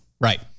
Right